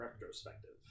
retrospective